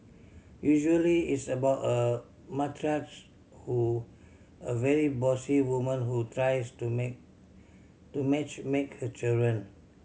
usually it's about a matriarch who a very bossy woman who tries to to match make her children